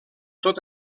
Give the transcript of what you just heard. tot